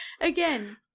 Again